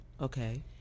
okay